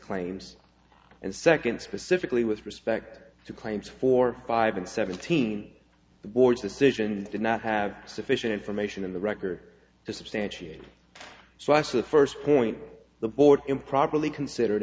claims and second specifically with respect to claims four five and seventeen the board's decision did not have sufficient information in the record to substantiate so i said first point the board improperly considered